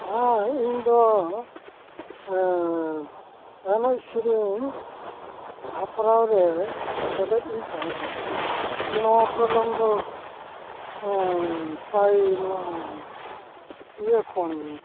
ᱦᱮᱸ ᱤᱧᱫᱚ ᱮᱱᱮᱡᱼᱥᱮᱨᱮᱧ ᱦᱮᱯᱨᱟᱣᱨᱮ ᱥᱮᱞᱮᱫᱤᱧ ᱛᱟᱦᱮᱸᱠᱟᱱᱟ ᱱᱚᱣᱟ ᱯᱨᱳᱜᱨᱟᱢ ᱫᱚ ᱯᱨᱟᱭ ᱱᱚᱣᱟ ᱤᱭᱟᱹ ᱠᱷᱚᱱ